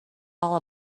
all